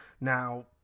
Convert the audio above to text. Now